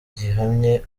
gihamye